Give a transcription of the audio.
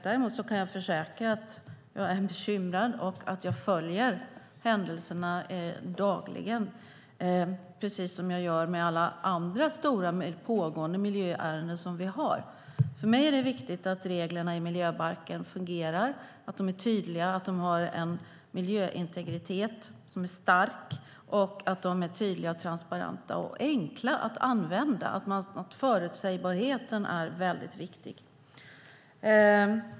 Däremot kan jag försäkra att jag är bekymrad och att jag följer händelserna dagligen, precis som jag gör med alla andra stora pågående miljöärenden som vi har. För mig är det viktigt att reglerna i miljöbalken fungerar, att de är tydliga, att de har en miljöintegritet som är stark och att de är transparenta och enkla att använda - förutsägbarheten är väldigt viktig.